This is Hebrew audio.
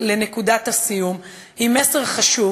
לנקודת הסיום הם מסר חשוב: